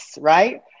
Right